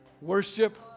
Worship